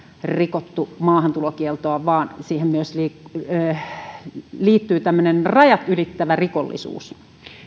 rikottu maahantulokieltoa vaan siihen myös liittyy tämmöinen rajat ylittävä rikollisuus